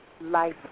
Life